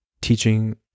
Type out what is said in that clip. teaching